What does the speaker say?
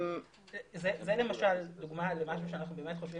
זאת למשל דוגמה למשהו שאנחנו באמת חושבים